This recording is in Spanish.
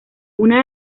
una